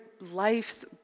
life's